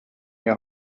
your